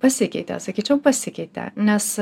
pasikeitė sakyčiau pasikeitė nes